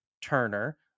Turner